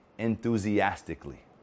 enthusiastically